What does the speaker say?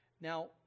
Now